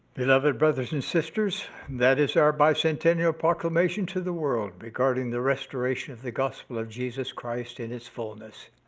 beloved brothers and sisters, that is our bicentennial proclamation to the world regarding the restoration of the gospel of jesus christ in its fulness.